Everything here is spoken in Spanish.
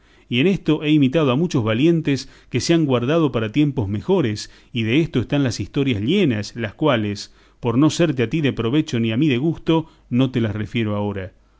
y en esto he imitado a muchos valientes que se han guardado para tiempos mejores y desto están las historias llenas las cuales por no serte a ti de provecho ni a mí de gusto no te las refiero ahora